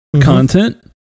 content